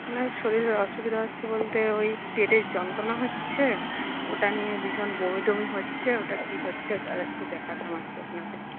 না শরীরের অসুবিধে হচ্ছে বলতে ওই পেটের যন্ত্রণা হচ্ছে ওটা নিয়ে ভীষণ বমি মি হচ্ছে ওটা কি হচ্ছে ওটা একটু দেখাতাম আর কি আপনাকে